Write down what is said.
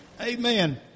Amen